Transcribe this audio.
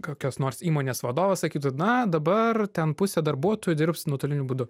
kokios nors įmonės vadovas sakytų na dabar ten pusė darbuotojų dirbs nuotoliniu būdu